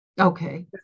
Okay